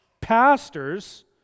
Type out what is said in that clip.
pastors